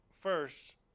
first